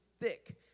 thick